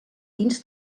dins